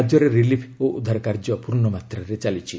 ରାଜ୍ୟରେ ରିଲିଫ୍ ଓ ଉଦ୍ଧାର କାର୍ଯ୍ୟ ପୂର୍ଣ୍ଣ ମାତ୍ରାରେ ଚାଲିଛି